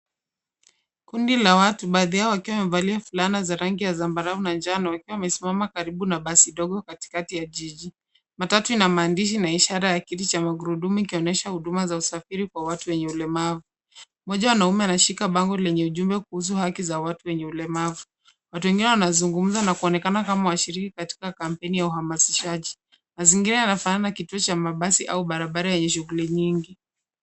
Kundi la watu baadhi yao wakiwa wamevalia fulana ya rangi ya zambarau na njano yakiwa yamesimama karibu na basi ndogo katikati ya jiji. Matatu ina maandishi na ishara ya kiti cha magurudumu ikionyesha huduma za usafiri kwa watu wenye ulemavu. Mmoja wa wanaume anashika bango lenye ujumbe kuhusu haki za watu wenye ulemavu. Watu wengine wanazungumza na kuonekana kama washiriki katika kampeni ya uhamasishaji. Mazingira yanafanana kituo cha mabasi au barabara yenye shughuli nyingi.